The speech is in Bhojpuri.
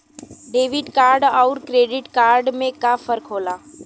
डेबिट कार्ड अउर क्रेडिट कार्ड में का फर्क होला?